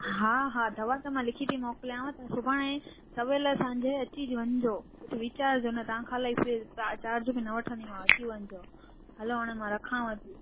हा हा दवा त मां लिखी थी मोकिलियांव तव्हां सुभाणे सवेलु असांजे अची वञ जो कुझु विचार जो न तां खाली चार्ज बि न वठंदीमांव अची वञजो हलो हाणे मां रखांव थी